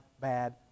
bad